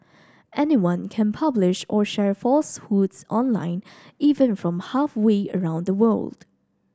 anyone can publish or share falsehoods online even from halfway around the world